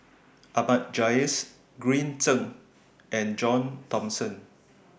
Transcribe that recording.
Ahmad Jais Green Zeng and John Thomson